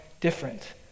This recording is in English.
different